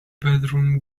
bedroom